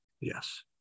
Yes